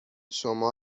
شما